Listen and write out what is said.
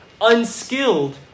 unskilled